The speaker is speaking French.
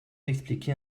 expliquer